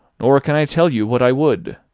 nor can i tell you what i would.